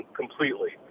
completely